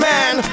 Man